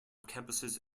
campuses